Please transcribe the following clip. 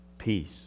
peace